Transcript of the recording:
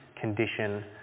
condition